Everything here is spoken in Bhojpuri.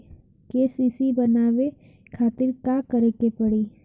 के.सी.सी बनवावे खातिर का करे के पड़ी?